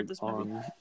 on